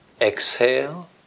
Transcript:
exhale